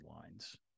lines